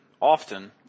often